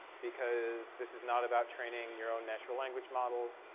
because this is not about training your own natural language model.